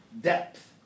depth